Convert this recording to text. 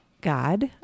God